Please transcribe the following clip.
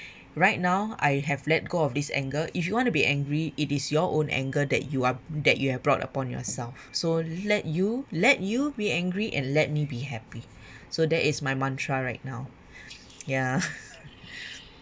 right now I have let go of this anger if you want to be angry it is your own anger that you uh that you have brought upon yourself so let you let you be angry and let me be happy so that is my mantra right now ya